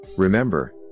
Remember